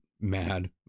mad